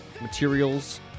materials